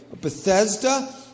Bethesda